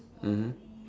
mmhmm